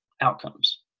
outcomes